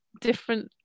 different